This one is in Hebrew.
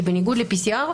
כי בניגוד ל-PCR,